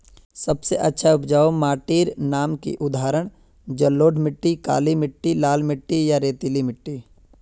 सबसे अच्छा उपजाऊ माटिर नाम की उदाहरण जलोढ़ मिट्टी, काली मिटटी, लाल मिटटी या रेतीला मिट्टी?